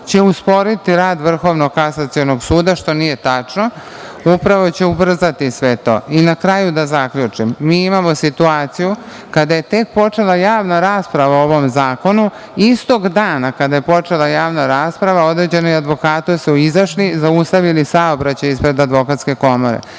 će usporiti rad Vrhovnog kasacionog suda, što nije tačno. Upravo će ubrzati sve to. Na kraju, da zaključim. Mi imamo situaciju kada je tek počela javna rasprava u ovom zakonu istog dana kada je počela javna rasprava određeni advokati su izašli, zaustavili saobraćaj ispred Advokatske komore. Smatram